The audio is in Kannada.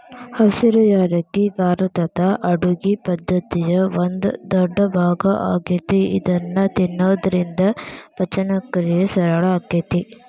ಹಸಿರು ಯಾಲಕ್ಕಿ ಭಾರತದ ಅಡುಗಿ ಪದ್ದತಿಯ ಒಂದ ದೊಡ್ಡಭಾಗ ಆಗೇತಿ ಇದನ್ನ ತಿನ್ನೋದ್ರಿಂದ ಪಚನಕ್ರಿಯೆ ಸರಳ ಆಕ್ಕೆತಿ